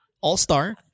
All-star